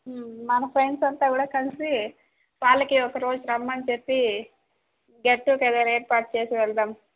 మన ఫ్రెండ్స్ అంతా కూడా కలిసి వాళ్ళకి ఒకరోజు రమ్మని చెప్పి గెట్ టూగేదర్ ఏర్పాటు చేసి వెళ్దాం